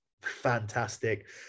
fantastic